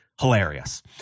hilarious